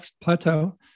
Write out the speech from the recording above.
plateau